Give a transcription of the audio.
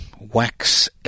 wax